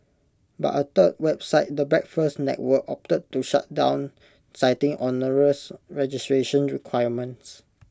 but A third website the breakfast network opted to shut down citing onerous registration requirements